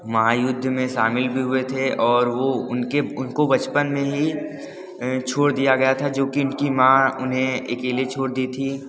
महायुद्ध में शामिल भी हुए थे और वो उनके उनको बचपन में ही अ छोड़ दिया गया था जो कि उनकी माँ उन्हें अकेले छोड़ दी थी